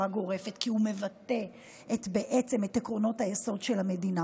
גורפת כי הוא מבטא בעצם את עקרונות היסוד של המדינה,